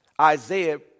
Isaiah